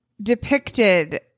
depicted